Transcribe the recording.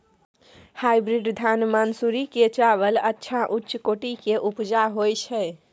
Hybrid धान मानसुरी के चावल अच्छा उच्च कोटि के उपजा होय छै?